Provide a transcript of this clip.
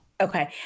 Okay